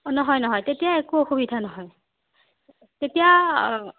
নহয় নহয় তেতিয়া একো অসুবিধা নহয় তেতিয়া